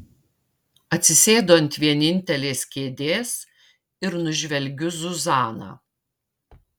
atsisėdu ant vienintelės kėdės ir nužvelgiu zuzaną